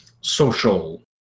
social